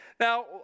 Now